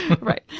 Right